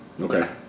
Okay